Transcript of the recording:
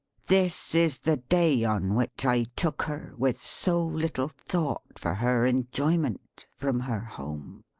this is the day on which i took her, with so little thought for her enjoyment, from her home.